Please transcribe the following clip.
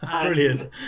Brilliant